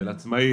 של עצמאי,